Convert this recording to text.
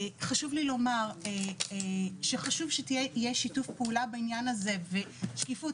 חשוב לי לומר שחשוב שיהיה שיתוף פעולה בעניין הזה ושקיפות